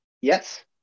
Yes